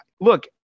look